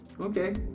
Okay